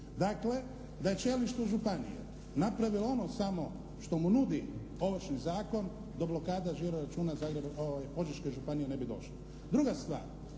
Dakle, da je čelništvo županije napravilo ono samo što mu nudi Ovršni zakon do blokade računa Požeške županije ne bi došlo. Druga stvar,